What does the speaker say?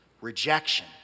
rejection